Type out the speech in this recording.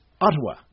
Ottawa